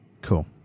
Cool